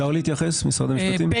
סעיף 8ד מאפשר למועצה לעשות הסכמים עם